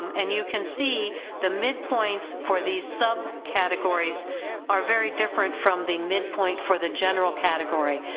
and you can see the midpoints for these subcategories are very different from the midpoint for the general category,